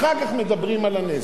אחר כך מדברים על הנזק.